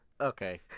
okay